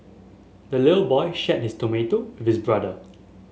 the little boy shared his tomato with brother